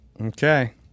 Okay